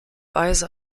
weise